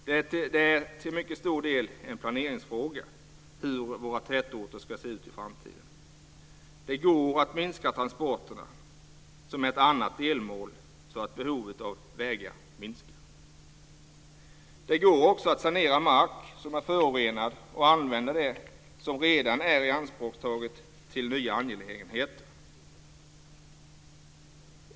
Det är till mycket stor del en planeringsfråga hur våra tätorter ska se ut i framtiden. Det går att minska transporterna, vilket är ett annat delmål, så att behovet av vägar minskar. Det går också att sanera mark som är förorenad och använda det som redan är ianspråktaget till nya angelägenheter.